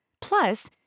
Plus